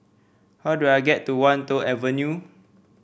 how do I get to Wan Tho Avenue